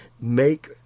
make